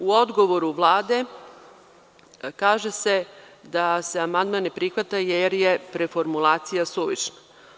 U odgovoru Vlade kaže se da se amandman ne prihvata jer je preformulacija suvišna.